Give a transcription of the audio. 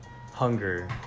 hunger